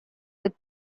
with